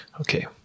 Okay